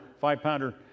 five-pounder